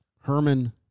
Herman